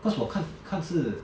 cause 我看看是